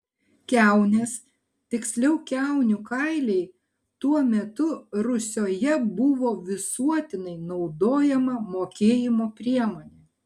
kiaunės tiksliau kiaunių kailiai tuo metu rusioje buvo visuotinai naudojama mokėjimo priemonė